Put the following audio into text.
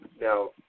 Now